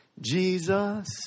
Jesus